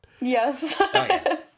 Yes